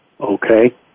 okay